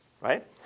right